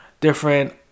different